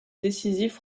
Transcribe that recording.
décisif